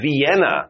Vienna